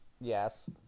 Yes